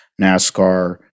NASCAR